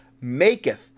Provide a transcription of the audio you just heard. maketh